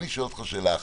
אני שואל אותך שאלה אחת: